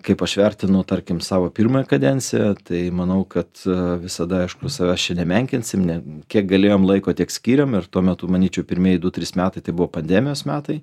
kaip aš vertinu tarkim savo pirmąją kadenciją tai manau kad visada aišku savęs čia nemenkinsim ne kiek galėjom laiko tiek skyrėm ir tuo metu manyčiau pirmieji du trys metai tai buvo pandemijos metai